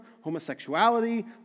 homosexuality